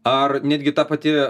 ar netgi ta pati